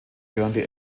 gehörende